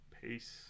Peace